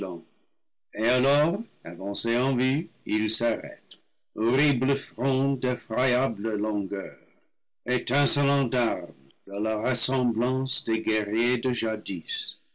et alors avancés en vue ils s'arrêtent horrible front d'effroyable longueur étincelant d'armes à la ressemblance des guerriers de